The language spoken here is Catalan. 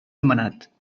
demanat